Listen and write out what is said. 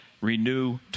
Renew